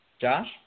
Josh